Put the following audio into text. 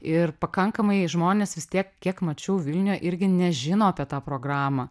ir pakankamai žmonės vis tiek kiek mačiau vilniuje irgi nežino apie tą programą